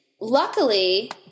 Luckily